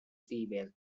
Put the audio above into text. female